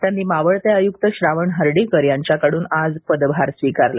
त्यांनी मावळते आयुक्त श्रावण हर्डीकर यांच्याकडून आज पदभार स्वीकारला